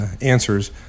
answers